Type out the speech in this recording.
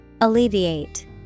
Alleviate